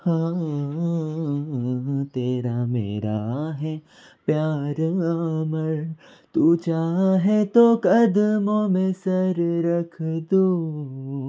हां तेरा मेरा है प्यार अमर तू जहा है तो कदमों मे सर रख दूँ